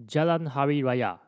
Jalan Hari Raya